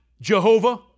Jehovah